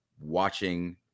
watching